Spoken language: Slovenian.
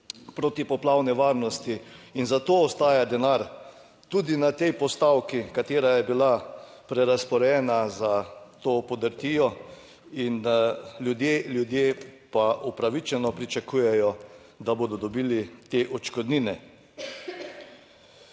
protipoplavne varnosti. In zato ostaja denar tudi na tej postavki, katera je bila prerazporejena za to podrtijo. In ljudje, ljudje pa upravičeno pričakujejo, da bodo dobili te odškodnine.